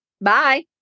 bye